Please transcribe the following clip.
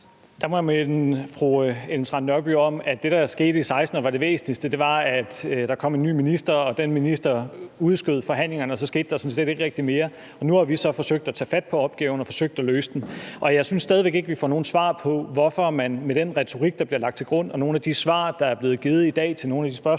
der skete i 2016, og som var det væsentligste, var, at der kom en ny minister, og at den minister udskød forhandlingerne, og så skete der sådan set ikke rigtig mere. Nu har vi så forsøgt at tage fat på opgaven og forsøgt at løse den. Jeg synes stadig væk ikke, at vi får noget svar på, hvorfor man med den retorik, der bliver lagt til grund, og med nogle af de svar, der er blevet givet i dag på nogle af de spørgsmål,